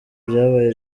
byabaye